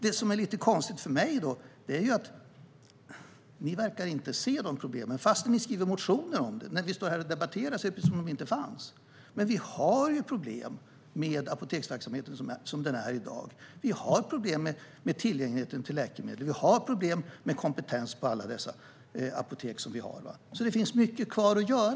Det som är lite konstigt för mig är att ni inte verkar se problemen, fast ni skriver motioner om dem. När vi står här och debatterar är det precis som om de inte fanns. Vi har ju problem med apoteksverksamheten så som den är i dag. Vi har problem med tillgängligheten till läkemedel. Vi har problem med kompetensen på alla de apotek som vi har. Det finns mycket kvar att göra.